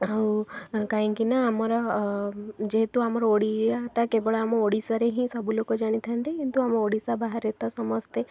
ଆଉ କାହିଁକି ନା ଆମର ଯେହେତୁ ଆମର ଓଡ଼ିଆଟା କେବଳ ଆମ ଓଡ଼ିଶାରେ ହିଁ ସବୁ ଲୋକ ଜାଣିଥାନ୍ତି କିନ୍ତୁ ଆମ ଓଡ଼ିଶା ବାହାରେ ତ ସମସ୍ତେ